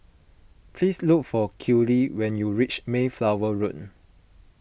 please look for Kellie when you reach Mayflower Road